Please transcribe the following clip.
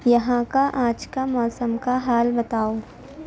یہاں کا آج کا موسم کا حال بتاؤ